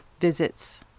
visits